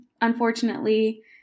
Unfortunately